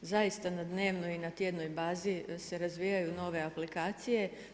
Zaista na dnevnoj i na tjednoj bazi se razvijaju nove aplikacije.